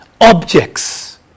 objects